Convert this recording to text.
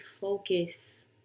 focus